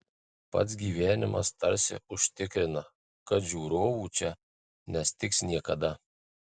pats gyvenimas tarsi užtikrina kad žiūrovų čia nestigs niekada